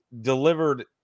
delivered